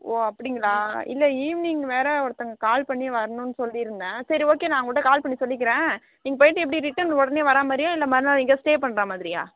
ஓ அப்படிங்களா இல்லை ஈவினிங் வேறு ஒருத்தங்க கால் பண்ணி வர்ணு சொல்லிருந்த சரி ஓகே நான் அவங்கள்ட்ட கால் பண்ணி சொல்லிக்கிற நீங்கள் போய்விட்டு எப்படி ரிட்டன் உடனே வராமாதிரியா இல்லை மறுநாள் எங்கேயாச்சி ஸ்டே பண்ணுறாமாதிரியா